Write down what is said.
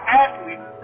athletes